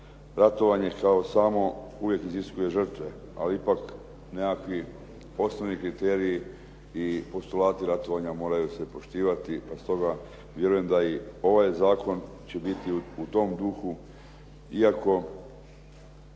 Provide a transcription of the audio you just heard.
Ratovanje kao samo uvijek iziskuje žrtve, ali ipak nekakvi osnovni kriteriji i postulati ratovanja moraju se poštivati pa stoga vjerujem da i ovaj zakon će biti u tom duhu iako